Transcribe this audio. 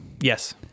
Yes